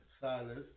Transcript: Silas